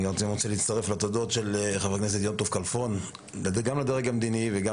אני רוצה להצטרף לתודות של חבר הכנסת יום טוב כלפון גם לדרג המדיני וגם